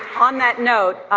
on that note,